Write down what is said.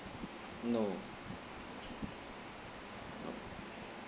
no no